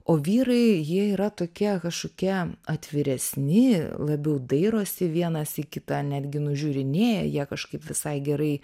o vyrai jie yra tokie kažkokie atviresni labiau dairosi vienas į kitą netgi nužiūrinėja jie kažkaip visai gerai